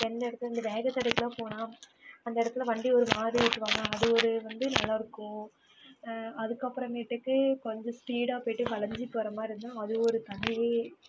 எந்த இடத்துல இந்த வேகத்தடைக்கெலாம் போனால் அந்த இடத்துல வண்டி ஒரு மாதிரி ஓட்டுவாங்க அது ஒரு வந்து நல்லாயிருக்கும் அதுக்கப்புறமேட்டுக்கு கொஞ்சம் ஸ்பீடாக போய்விட்டு வளைஞ்சு போகிற மாதிரி இருந்தால் அது ஒரு தனி